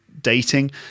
dating